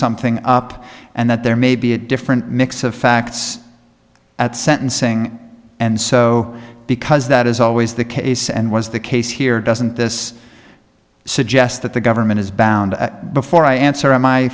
something up and that there may be a different mix of facts at sentencing and so because that is always the case and was the case here doesn't this suggest that the government is bound before i answer